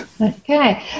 Okay